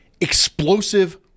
explosive